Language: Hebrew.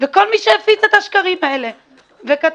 וכל מיש הפיץ את השקרים האלה וכתב